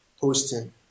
posting